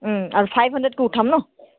আৰু ফাইভ হাণড্ৰেডকৈ উঠাম ন